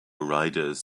riders